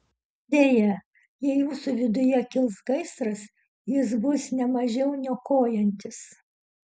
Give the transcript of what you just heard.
deja jei jūsų viduje kils gaisras jis bus ne mažiau niokojantis